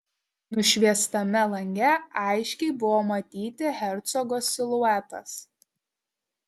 nušviestame lange aiškiai buvo matyti hercogo siluetas